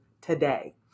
today